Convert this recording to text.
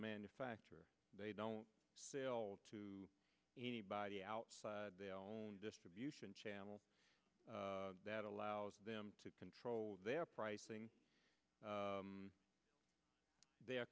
manufacturer they don't sell to anybody outside their own distribution channel that allows them to control their pricing their